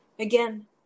Again